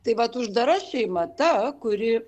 taip vat uždara šeima ta kuri